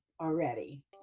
already